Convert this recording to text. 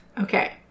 Okay